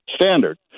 standard